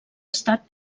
estat